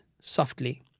softly